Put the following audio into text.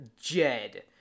Jed